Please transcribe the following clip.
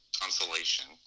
consolation